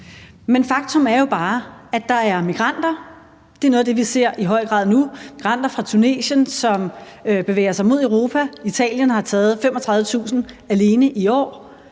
Men faktum er jo bare, at der er migranter. Det er noget af det, vi ser i høj grad nu: migranter fra Tunesien, som bevæger sig mod Europa. Italien har taget 35.000 alene i år.